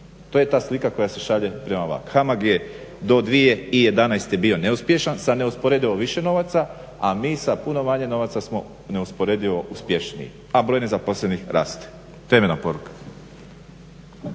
To je ta slika koja se šalje prema van. HAMAG je do 2011. bio neuspješan sa neusporedivo više novaca, a mi sa puno manje novaca smo neusporedivo uspješniji, a broj nezaposlenih raste. Temeljna poruka.